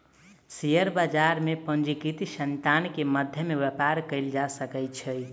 share बजार में पंजीकृत संतान के मध्य में व्यापार कयल जा सकै छै